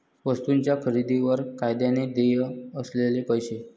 वस्तूंच्या खरेदीवर कायद्याने देय असलेले पैसे